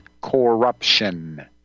Corruption